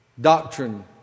doctrine